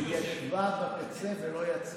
היא ישבה בקצה פה, בדיוק איפה שהוא יושב.